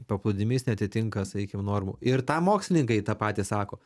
paplūdimys neatitinka sakykim normų ir tą mokslininkai tą patį sako